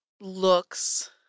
looks